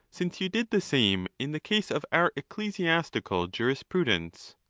since you did the same in the case of our ecclesiastical jurisprudence.